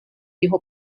його